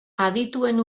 adituen